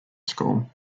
school